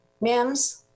Mims